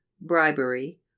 bribery